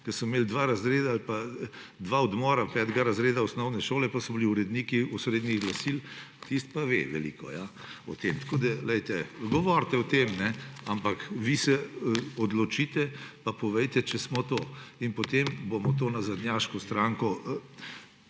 ali pa dva odmora petega razreda osnovne šole, pa so bili uredniki osrednjih glasil, tisti pa ve veliko o tem. Govorite o tem, ampak vi se odločite in povejte, če smo to. In potem bomo to nazadnjaško stranko